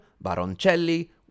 Baroncelli